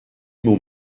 mon